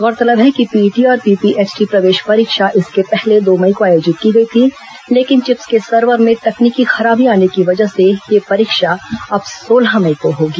गौरतलब है कि पीईटी और पीपीएचटी प्रवेश परीक्षा इसके पहले दो मई को आयोजित की गई थी लेकिन चिप्स के सर्वर में तकनीकी खराबी आने की वजह से यह परीक्षा अब सोलह मई को होगी